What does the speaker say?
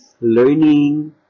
learning